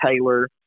taylor